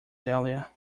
dahlia